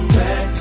back